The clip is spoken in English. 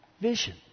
vision